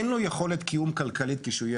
אין לו יכולת קיום כלכלית כשהוא יהיה